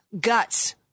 guts